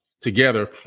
together